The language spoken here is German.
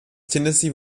tennessee